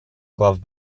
glove